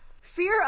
fear